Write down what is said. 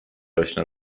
اشنا